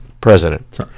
president